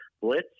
blitz